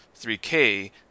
3K